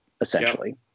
Essentially